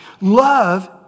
Love